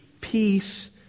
peace